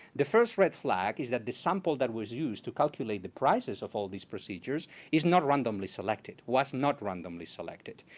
the first red flag is that the sample that was used to calculate the prices of all these procedures is not randomly selected. was not randomly selected.